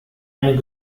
and